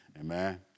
Amen